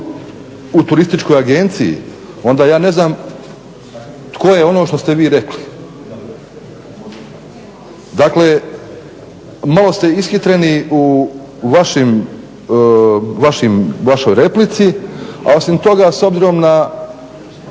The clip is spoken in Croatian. u turističkoj agenciji onda ja ne znam tko je ono što ste vi rekli. Dakle malo ste ishitreni u vašoj replici, a osim toga s obzirom na